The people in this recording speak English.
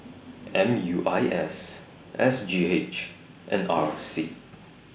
M U I S S G H and R C